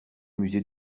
musée